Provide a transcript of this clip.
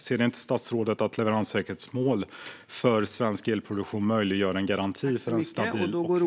Ser inte statsrådet att ett leveranssäkerhetsmål för svensk elproduktion möjliggör en garanti för en stabil produktion?